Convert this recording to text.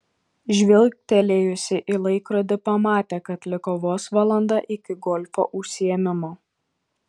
žvilgtelėjusi į laikrodį pamatė kad liko vos valanda iki golfo užsiėmimo